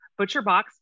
ButcherBox